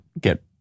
get